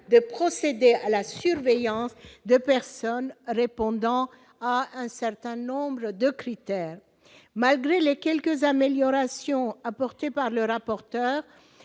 de procéder à la surveille. France 2 personnes répondant à un certain nombre de critères, malgré les quelques améliorations apportées par le rapporteur